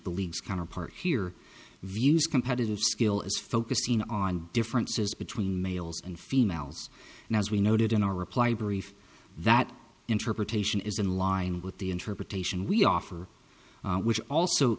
the league's counterpart here views competitive skill as focusing on differences between males and females and as we noted in our reply brief that interpretation is in line with the interpretation we offer which also